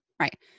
Right